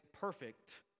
perfect